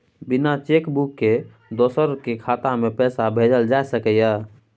बिना cheque book के दोसर के खाता में पैसा भेजल जा सकै ये?